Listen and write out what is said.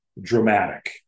dramatic